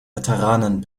veteranen